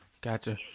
Gotcha